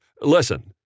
Listen